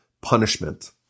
punishment